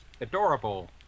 adorable